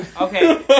Okay